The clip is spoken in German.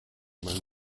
man